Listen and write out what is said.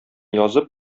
язып